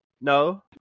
No